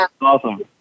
Awesome